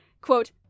quote